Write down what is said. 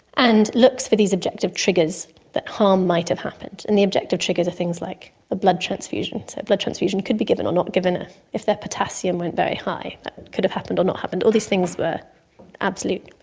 and looks for these objective triggers that harm might have happened. and the objective triggers are things like a blood transfusion. so a blood transfusion could be given or not be given ah if their potassium went very high, that could have happened or not happened. all these things were absolute.